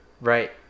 Right